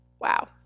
Wow